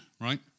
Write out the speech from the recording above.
right